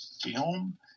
film